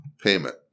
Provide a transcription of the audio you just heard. Payment